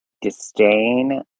disdain